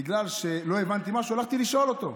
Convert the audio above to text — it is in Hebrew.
בגלל שלא הבנתי משהו, הלכתי לשאול אותו.